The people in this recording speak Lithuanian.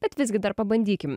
bet visgi dar pabandykim